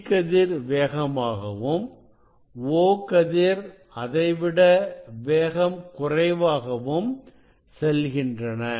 E கதிர் வேகமாகவும் O கதிர் அதைவிட வேகம் குறைவாகவும் செல்கின்றன